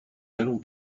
n’allons